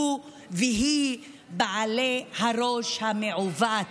הוא והיא בעלי הראש המעוות,